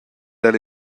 ella